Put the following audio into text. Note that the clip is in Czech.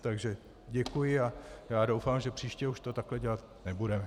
Takže děkuji a já doufám, že příště už to takto dělat nebudeme.